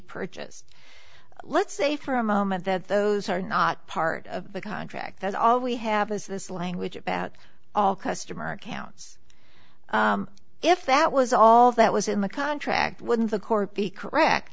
purchased let's say for a moment that those are not part of the contract that's all we have is this language about all customer accounts if that was all that was in the contract wouldn't the court be correct